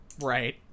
right